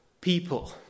people